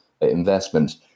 investment